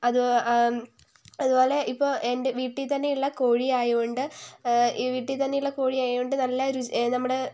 അതുപോലെ ഇപ്പോൾ എൻ്റെ വീട്ടിൽതന്നെ ഉള്ള കോഴി ആയതുകൊണ്ട് ഈ വീട്ടിൽതന്നെ ഉള്ള കോഴി ആയതുകൊണ്ട് നല്ല രുചി നമ്മുടെ